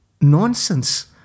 nonsense